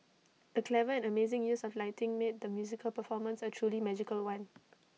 the clever and amazing use of lighting made the musical performance A truly magical one